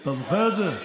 אתה זוכר את זה?